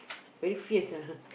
very fierce lah !huh!